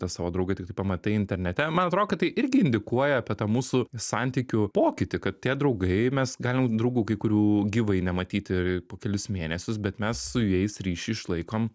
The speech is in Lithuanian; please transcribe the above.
tą savo draugą tiktai pamatai internete man atrodo kad tai irgi indikuoja apie tą mūsų santykių pokytį kad tie draugai mes galim draugų kai kurių gyvai nematyti po kelis mėnesius bet mes su jais ryšį išlaikom